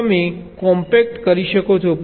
શક્ય તેટલું તમે કોમ્પેક્ટ કરી શકો છો